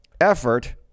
effort